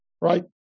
right